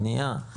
בנייה.